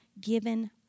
given